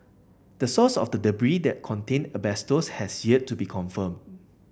the source of the debris that contained asbestos has yet to be confirmed